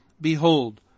Behold